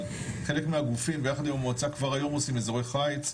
אבל חלק מהגופים ביחד עם המועצה כבר היום עושים אזורי חיץ,